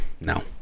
no